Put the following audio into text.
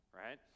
right